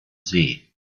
see